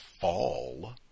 fall